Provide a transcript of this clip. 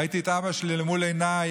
ראיתי את האבא שלי למול עיניי,